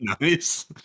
nice